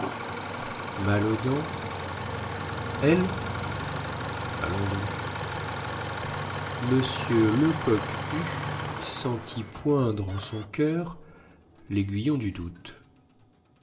mal aux dents elle allons donc m lecoq hue sentit poindre en son coeur laiguillon du doute